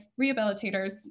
rehabilitators